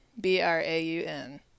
B-R-A-U-N